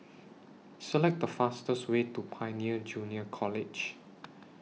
Select The fastest Way to Pioneer Junior College